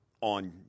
on